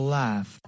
laugh